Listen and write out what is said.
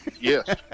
yes